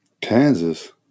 Kansas